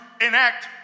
enact